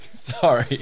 Sorry